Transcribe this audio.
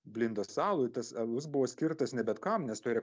blindos alų tas alus buvo skirtas ne bet kam nes tai yra